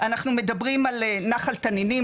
אנחנו מדברים על נחל תנינים,